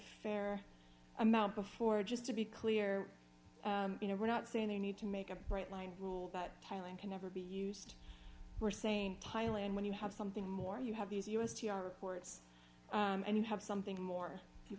fair amount before just to be clear you know we're not saying they need to make a bright line rule that tiling can never be used we're saying thailand when you have something more you have these u s t r reports and you have something more you